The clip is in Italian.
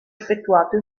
effettuato